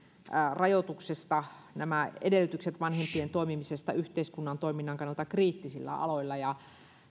rajoituksesta nämä edellytykset vanhempien toimimisesta yhteiskunnan toiminnan kannalta kriittisillä aloilla